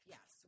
Yes